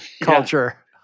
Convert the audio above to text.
culture